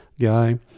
guy